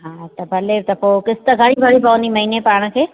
हा त भले त पोइ किश्त घणी भरिणी पवंदी महीने पाण खे